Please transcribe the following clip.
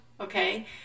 okay